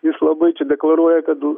jis labai čia deklaruoja kad